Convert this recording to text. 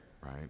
right